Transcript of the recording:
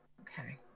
okay